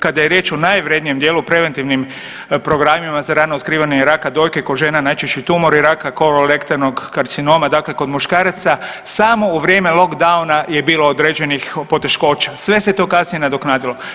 Kada je riječ o najvrjednijem dijelu preventivnim programima za rano otkrivanje raka dojke, kod žena najčešći tumori raka, kololektornog karcinoma, dakle kod muškaraca, samo u vrijeme lockdowna je bilo određenih poteškoća, sve se to kasnije nadoknadilo.